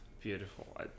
Beautiful